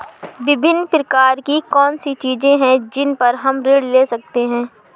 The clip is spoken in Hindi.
विभिन्न प्रकार की कौन सी चीजें हैं जिन पर हम ऋण ले सकते हैं?